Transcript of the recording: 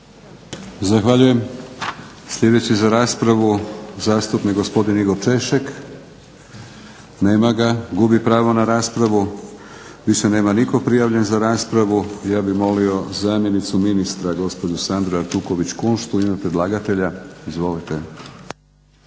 Zahvaljujem. Sljedeći za raspravu zastupnik gospodin Igor Češek. Nema ga, gubi pravo na raspravu. Više nema nitko prijavljen za raspravu. Ja bih molio zamjenicu ministra, gospođu Sandru Artuković Kunšt u ime predlagatelja. Izvolite.